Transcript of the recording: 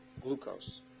glucose